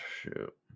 Shoot